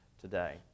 today